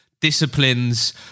disciplines